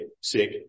sick